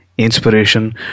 inspiration